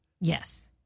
yes